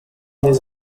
his